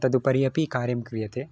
तदुपरि अपि कार्यं क्रियते